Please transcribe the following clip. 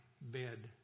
bed